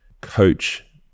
coach